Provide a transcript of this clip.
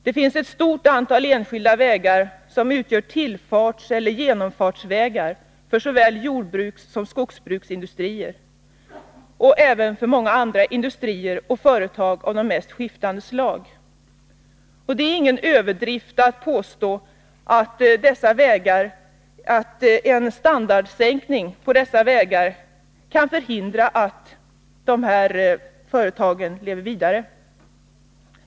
Det finns ett stort antal enskilda vägar, som utgör tillfartseller genomfartsvägar för såväl jordbrukssom skogsbruksindustrier och även för många andra industrier och företag av de mest skiftande slag. Det är ingen överdrift att hävda att en sänkning av standarden på dessa vägar kan förhindra att dessa företag lever vidare.